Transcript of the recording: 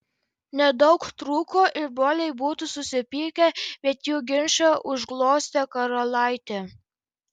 nedaug trūko ir broliai būtų susipykę bet jų ginčą užglostė karalaitė